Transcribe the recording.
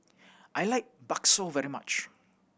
I like bakso very much